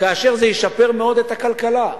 כאשר זה ישפר מאוד את הכלכלה.